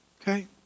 okay